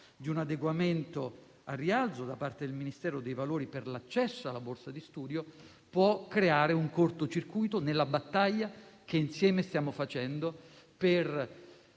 di un adeguamento al rialzo, da parte del Ministero, dei valori per l'accesso alla borsa di studio può creare un cortocircuito nella battaglia che insieme stiamo facendo per